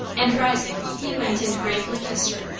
and rising, he went and gravely kissed her.